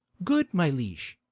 good my liege,